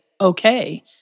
okay